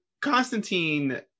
Constantine